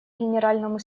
генеральному